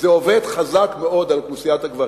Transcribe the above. זה עובד חזק מאוד על אוכלוסיית הגברים,